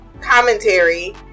commentary